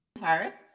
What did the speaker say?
Paris